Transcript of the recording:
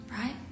Right